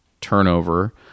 turnover